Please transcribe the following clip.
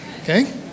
Okay